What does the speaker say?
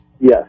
yes